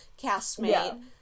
castmate